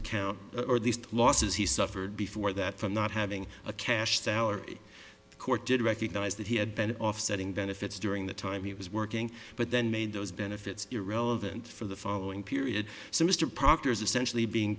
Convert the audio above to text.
account or at least losses he suffered before that from not having a cash salary the court did recognize that he had been offsetting benefits during the time he was working but then made those benefits irrelevant for the following period so mr proctor is essentially being